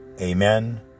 Amen